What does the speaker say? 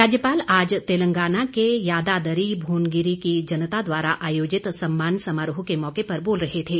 राज्यपाल आज तेलंगाना के यादादरी भोनगिर की जनता द्वारा आयोजित सम्मान समारोह के मौके पर बोल रहे थे